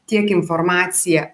tiek informacija